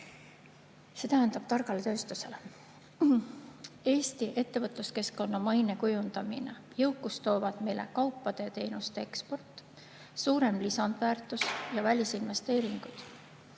see tähendab targale tööstusele. "Eesti ettevõtluskeskkonna maine kujundamine". Jõukust toovad meile kaupade ja teenuste eksport, suurem lisandväärtus ja välisinvesteeringud.